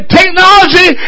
technology